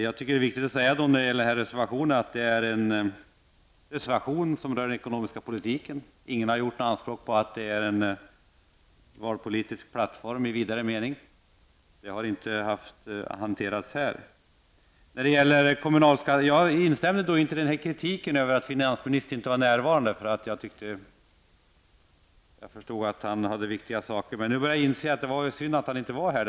Jag tycker det är viktigt att säga om denna reservation att den rör den ekonomiska politiken. Ingen har gjort anspråk på att det skall vara en valpolitisk plattform i vidare mening. Vi har inte haft den hanteringen. Jag instämde inte i kritiken över att finansministern inte var närvarande. Jag förstod att han hade viktiga saker att göra. Men jag börjar inse att det är synd att han inte var här.